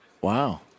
Wow